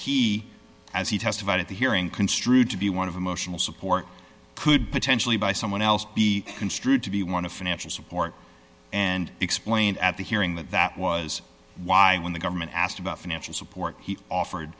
that he as he testified at the hearing construed to be one of emotional support could potentially by someone else be construed to be one of financial support and explain at the hearing that that was why when the government asked about financial support he offered